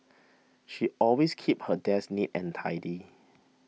she always keeps her desk neat and tidy